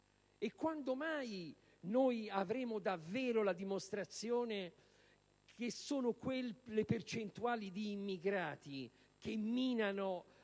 Quando mai avremo davvero la dimostrazione che sono quelle percentuali di immigrati che minano